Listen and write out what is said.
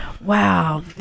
Wow